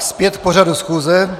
Zpět k pořadu schůze.